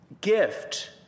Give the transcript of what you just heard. gift